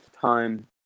time